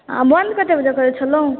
आ बन्द कते बजे करै छलहुॅं